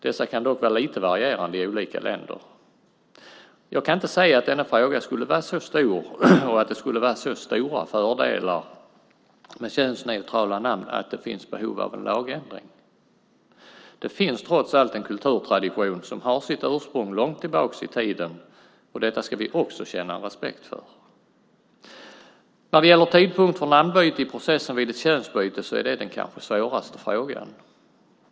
Dessa kan dock vara lite varierande i olika länder. Jag kan inte se att denna fråga skulle vara så stor och att det skulle vara så stora fördelar med könsneutrala namn att det finns behov av en lagändring. Det finns trots allt en kulturtradition som har sitt ursprung långt tillbaka i tiden, och detta ska vi känna en respekt för. Tidpunkt för namnbyte i processen vid ett könsbyte är den kanske svåraste frågan.